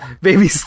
baby